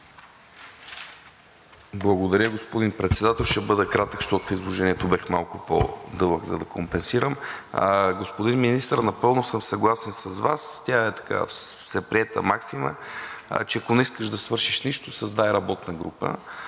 Благодаря, господин Председател. Ще бъдат кратък, защото в изложението бях малко по-дълъг, за да компенсирам. Господин Министър, напълно съм съгласен с Вас, тя е всеприета максима, че ако не искаш да свършиш нищо, създай работна група.